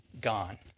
gone